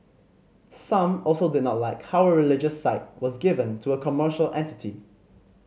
some also did not like how a religious site was given to a commercial entity